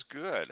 good